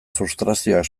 frustrazioak